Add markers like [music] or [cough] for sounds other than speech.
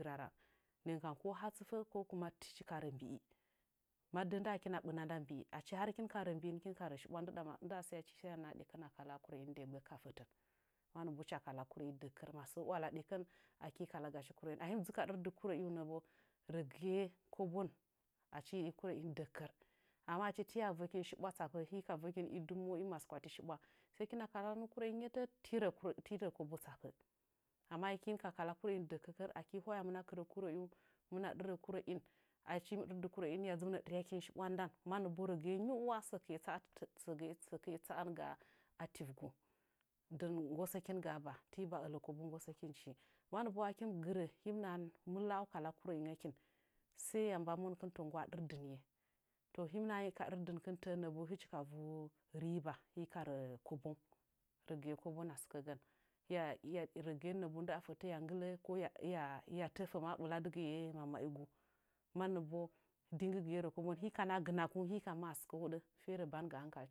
Rarang nden kam ko hastɨfə ko kuma tɨchigɨ ka rə mbi'i ma də'ə nda kina ɓɨna nda mbi'i achi ha hɨkin ka rə mbin lɨkin rə shibwan ndɨɗa ma nɗɗa sa'əchi ma sai ya naha ɗekən na kala'a kurəin nde gbək ka fətən mannobo hɨcha kala'a kurəin dekkər masə iwala ɗekən in aki kalagachi kurə'in ahim dzɨ ka ɗerdɨ kurə'in nəbo rəgɨye kobon achi kurə'ingu dekkər amma achi tiya vəkin shibwa tsapə hika vəkin idɨmo i maskwati shibwa sai kina kalanu kurə'in nyetət terə terə kobo tsapoə amma ahɨkin ka kalanu kurə'i dəkəkək aki hwayamɨh akɨrə kurəiingu hɨmɨna ɗerə kurə'in achi him ɗerdɨ kurə'in hɨya dzɨ mɨnə ɗɨryakin shibwan ndan mannəbo rəgɨye nyiuwa səkɨa [unintelligible] səktie tsa'anga a tiugu dɨn nggosəkingaa ba tiba ələ kobo nggosəkinch mannəbo akim gɨrə him nahan mɨ la'au kala kurəingəkin sai ya mba monkɨn to nggwa ɗɨrdɨnye to him nahan ahika ɗɨrdɨn tə'ənnobo hɨchi ka vu reba hika rə kobongu rəgɨye kobon a sɨkəgən hiya hiya rəgɨye nəbo ndɨɗa fətə hɨya nggɨlə ko hɨya hɨya təfə ma ɓɨladɨgɨye mamaigu man nəbo dingɨgɨye rə kobon hika naha gɨnakungu ma a sɨkə hoɗə ferə ma banga hankalachigu